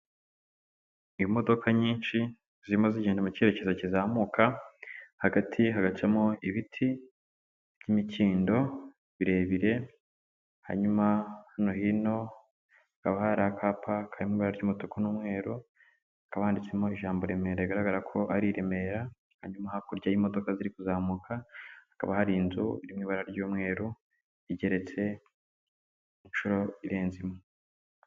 Imodoka nyinshi zirimo zigenda mu cyerekezo kizamuka, hagati hagacamo ibiti by'imikindo birebire, hanyuma hano hino hakaba hari akapa kari mu ibara ry'umutuku n'umweru, hakaba handitsemo ijambo Remera rigaragara ko ari i Remera, hanyuma hakurya y'imodoka ziri kuzamuka hakaba hari inzu mu ibara ry'umweru, igeretse inshuro irenze imwe.